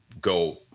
go